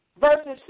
Verses